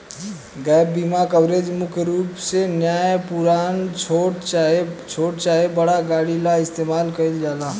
gap बीमा coverage मुख्य रूप से नया पुरान, छोट चाहे बड़ गाड़ी ला इस्तमाल कईल जाला